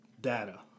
data